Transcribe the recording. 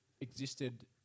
existed